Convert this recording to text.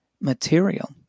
material